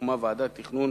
הוקמה ועדת תכנון